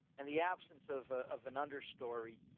and the absence of ah of an understory